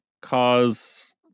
cause